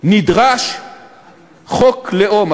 נדרש חוק לאום.